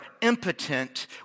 impotent